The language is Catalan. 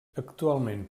actualment